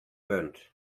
burned